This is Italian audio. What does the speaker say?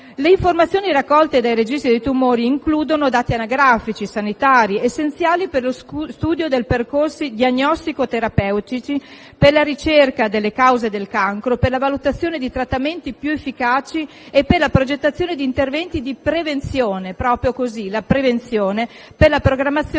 Le informazioni raccolte dai registri tumori includono dati anagrafici e sanitari essenziali per lo studio dei percorsi diagnostico-terapeutici, per la ricerca delle cause del cancro, per la valutazione di trattamenti più efficaci e per la progettazione di interventi di prevenzione (proprio così, la prevenzione) per la programmazione